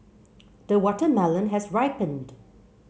the watermelon has ripened